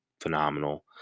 phenomenal